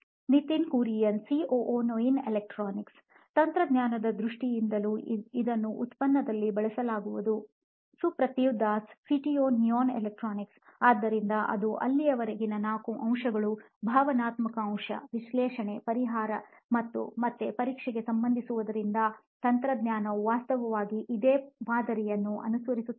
Nitin Kurian COO Noyin electronics ತಂತ್ರಜ್ಞಾನದ ದೃಷ್ಟಿಯಿಂದಲೂ ಇದನ್ನು ಉತ್ಪನ್ನದಲ್ಲಿ ಬಳಸಲಾಗುವುದು Suprativ Das C T O Noyin electronics ಆದ್ದರಿಂದ ಅದು ಅಲ್ಲಿರುವ ನಾಲ್ಕು ಅಂಶಗಳು ಭಾವನಾತ್ಮಕ ಅಂಶ ವಿಶ್ಲೇಷಣೆ ಪರಿಹಾರ ಮತ್ತು ಮತ್ತೆ ಪರೀಕ್ಷೆಗೆ ಸಂಬಂಧಿಸಿರುವುದರಿಂದ ತಂತ್ರಜ್ಞಾನವು ವಾಸ್ತವವಾಗಿ ಇದೇ ಮಾದರಿಯನ್ನು ಅನುಸರಿಸುತ್ತದೆ